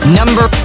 number